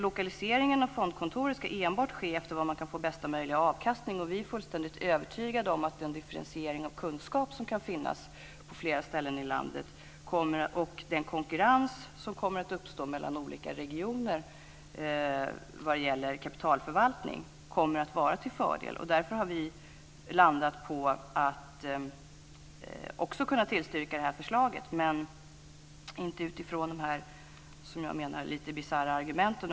Lokaliseringen av fondkontoret ska enbart ske efter var man kan få bästa möjliga avkastning, och vi är fullständigt övertygade om att den differentiering av kunskap som kan finnas på flera ställen i landet och den konkurrens som kommer att uppstå mellan olika regioner vad gäller kapitalförvaltning kommer att vara till fördel. Därför har vi landat på att också kunna tillstyrka det här förslaget, men inte utifrån de här, som jag menar, lite bisarra argumenten.